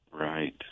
Right